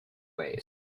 ways